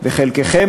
וחלקכם,